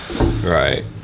Right